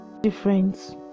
difference